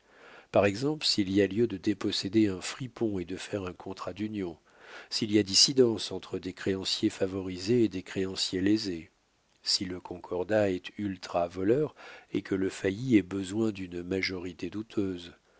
par exemple s'il y a lieu de déposséder un fripon et de faire un contrat d'union s'il y a dissidence entre des créanciers favorisés et des créanciers lésés si le concordat est ultra voleur et que le failli ait besoin d'une majorité douteuse